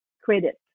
credit